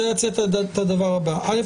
אני רוצה להציע את הדבר הבא: א',